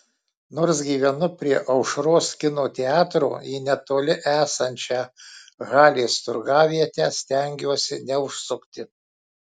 nors gyvenu prie aušros kino teatro į netoli esančią halės turgavietę stengiuosi neužsukti